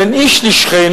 בין איש לשכנו,